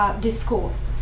discourse